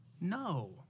No